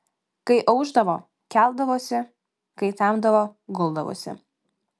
kai aušdavo keldavosi kai temdavo guldavosi